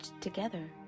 together